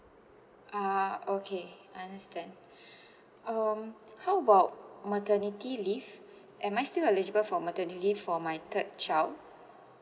ah okay I understand um how about maternity leave am I still eligible for maternity leave for my third child